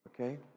Okay